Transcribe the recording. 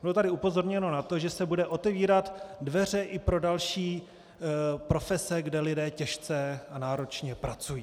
Bylo tady upozorněno na to, že se budou otevírat dveře i pro další profese, kde lidé těžce a náročně pracují.